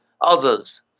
Others